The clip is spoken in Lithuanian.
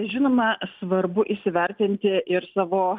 žinoma svarbu įsivertinti ir savo